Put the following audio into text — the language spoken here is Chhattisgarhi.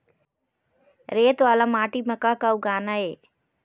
रेत वाला माटी म का का उगाना ये?